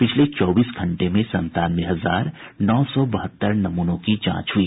पिछले चौबीस घंटे में संतानवे हजार नौ सौ बहत्तर नमूनों की जांच हुई